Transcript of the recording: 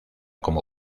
como